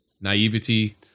Naivety